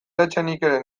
etxenikeren